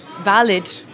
valid